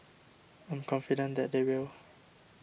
I'm confident that they will